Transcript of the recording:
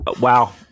wow